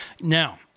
Now